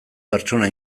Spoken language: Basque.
pertsona